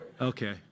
Okay